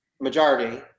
majority